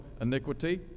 iniquity